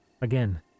Again